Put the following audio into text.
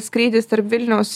skrydis tarp vilniaus